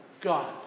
God